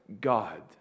God